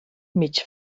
mig